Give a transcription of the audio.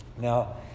now